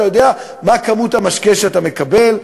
בתפריט אתה יודע מה כמות המשקה שאתה מקבל.